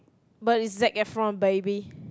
but it's Zac-Effron baby